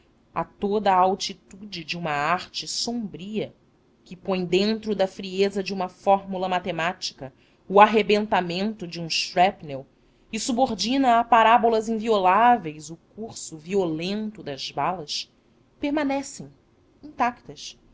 a toda a altitude de uma arte sombria que põe dentro da frieza de uma fórmula matemática o arrebentamento de um shrapnel e subordina a parábolas invioláveis o curso violento das balas permanecem intactas